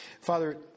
Father